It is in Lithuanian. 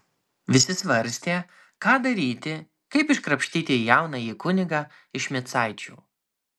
visi svarstė ką daryti kaip iškrapštyti jaunąjį kunigą iš micaičių